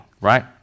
right